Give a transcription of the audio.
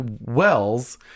Wells